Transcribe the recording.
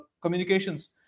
communications